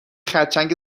خرچنگ